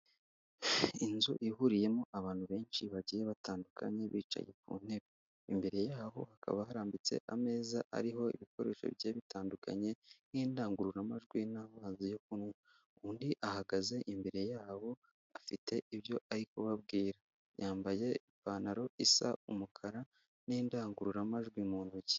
Inzu ihuriyemo abantu benshi bagiye batandukanye bicaye ku ntebe, imbere yabo hakaba harambitse ameza ariho ibikoresho bigiye bitandukanye nk'indangururamajwi n'amazi yo kunywa, undi ahagaze imbere yabo afite ibyo ari kubabwira, yambaye ipantaro isa umukara n'indangururamajwi mu ntoki.